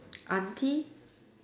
aunty